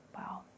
Wow